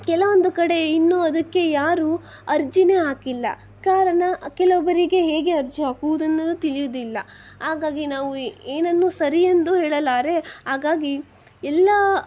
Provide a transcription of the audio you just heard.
ಕೆಲವೊಂದು ಕಡೆ ಇನ್ನೂ ಅದಕ್ಕೆ ಯಾರೂ ಅರ್ಜಿನೇ ಹಾಕಿಲ್ಲ ಕಾರಣ ಕೆಲವೊಬ್ಬರಿಗೆ ಹೇಗೆ ಅರ್ಜಿ ಹಾಕುವುದೆನ್ನು ತಿಳಿಯುವುದಿಲ್ಲ ಹಾಗಾಗಿ ನಾವು ಏನನ್ನೂ ಸರಿ ಎಂದು ಹೇಳಲಾರೆ ಹಾಗಾಗಿ ಎಲ್ಲ